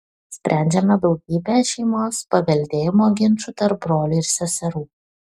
sprendžiame daugybę šeimos paveldėjimo ginčų tarp brolių ir seserų